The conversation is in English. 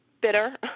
bitter